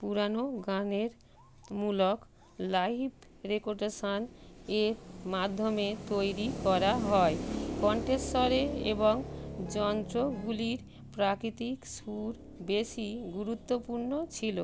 পুরানো গানের মূলক লাইভ রেকর্ডেশান এর মাধ্যমে তৈরি করা হয় কণ্ঠস্বরে এবং যন্ত্রগুলির প্রাকৃতিক সুর বেশি গুরুত্বপূর্ণ ছিল